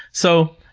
so,